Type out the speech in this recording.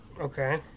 Okay